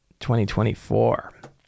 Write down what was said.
2024